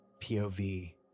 POV